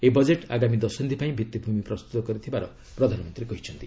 ଏହି ବଜେଟ୍ ଆଗାମୀ ଦଶନ୍ଧି ପାଇଁ ଭିତ୍ତିଭୂମି ପ୍ରସ୍ତୁତ କରିଥିବାର ପ୍ରଧାନମନ୍ତ୍ରୀ କହିଚ୍ଚନ୍ତି